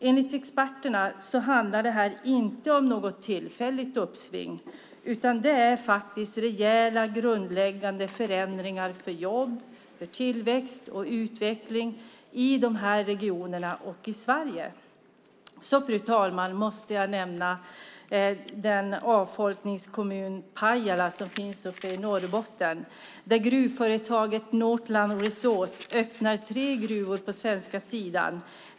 Enligt experterna handlar det inte om något tillfälligt uppsving, utan det är rejäla grundläggande förändringar för jobb, tillväxt och utveckling i dessa regioner och i Sverige. Fru talman! Jag måste nämna avfolkningskommunen Pajala i Norrbotten där gruvföretaget Northland Resources öppnar tre gruvor på svenska sidan.